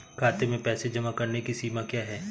खाते में पैसे जमा करने की सीमा क्या है?